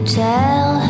tell